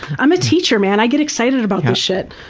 i'm a teacher man. i get excited about this shit.